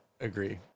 agree